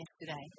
yesterday